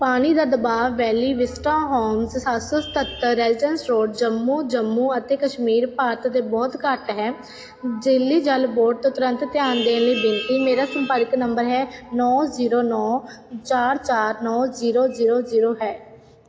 ਪਾਣੀ ਦਾ ਦਬਾਅ ਵੈਲੀ ਵਿਸਟਾ ਹੋਮਜ਼ ਸੱਤ ਸੌ ਸਤੱਤਰ ਰੈਜ਼ੀਡੈਂਸ ਰੋਡ ਜੰਮੂ ਜੰਮੂ ਅਤੇ ਕਸ਼ਮੀਰ ਭਾਰਤ 'ਤੇ ਬਹੁਤ ਘੱਟ ਹੈ ਦਿੱਲੀ ਜਲ ਬੋਰਡ ਤੋਂ ਤੁਰੰਤ ਧਿਆਨ ਦੇਣ ਦੀ ਬੇਨਤੀ ਮੇਰਾ ਸੰਪਰਕ ਨੰਬਰ ਹੈ ਨੌਂ ਜ਼ੀਰੋ ਨੌਂ ਚਾਰ ਚਾਰ ਨੌਂ ਜ਼ੀਰੋ ਜ਼ੀਰੋ ਜ਼ੀਰੋ ਹੈ